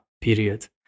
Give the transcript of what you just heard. period